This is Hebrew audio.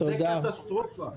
זה קטסטרופה.